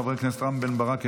חבר הכנסת רם בן ברק,